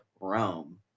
rome